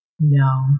No